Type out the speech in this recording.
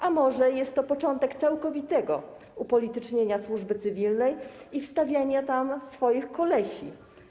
A może jest to początek całkowitego upolitycznienia służby cywilnej i wstawiania tam swoich kolesi?